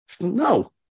No